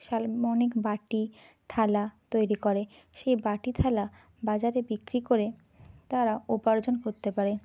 শাল্মনিক বাটি থালা তৈরি করে সেই বাটি থালা বাজারে বিক্রি করে তারা উপার্জন করতে পারে